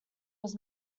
was